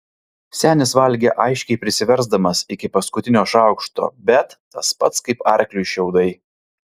senis valgė aiškiai prisiversdamas iki paskutinio šaukšto bet tas pats kaip arkliui šiaudai